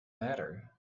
matter